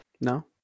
No